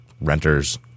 renters